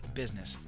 business